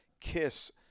KISS